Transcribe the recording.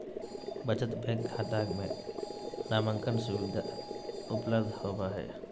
बचत बैंक खाता में नामांकन सुविधा उपलब्ध होबो हइ